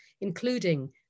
including